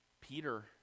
Peter